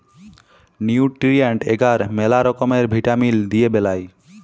nutrient এগার ম্যালা রকমের ভিটামিল দিয়ে বেলায়